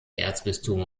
erzbistum